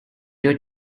your